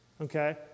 okay